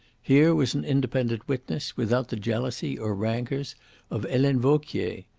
here was an independent witness, without the jealousy or rancours of helene vauquier.